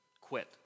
quit